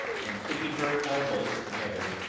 and putting her elbows together,